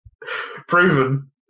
Proven